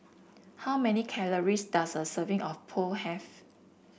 how many calories does a serving of Pho have